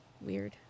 weird